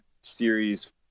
series